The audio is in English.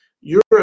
Europe